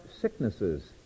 sicknesses